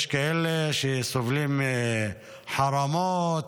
יש כאלה שסובלים מחרמות,